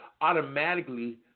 automatically